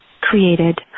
created